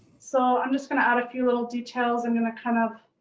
so, i'm just gonna add a few little details. i'm gonna kind of